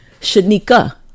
Shanika